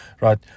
right